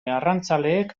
arrantzaleek